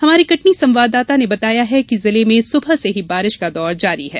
हमारे कटनी संवाददाता ने बताया है कि जिले में सुबह से बारिश दौर जारी है